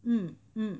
mm mm